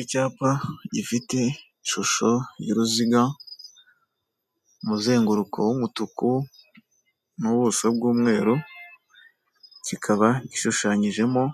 Icyapa gifite ishusho y'uruziga, umuzenguruko w'umutuku n'ubuso bw'umweru, kikaba gishushanyijemo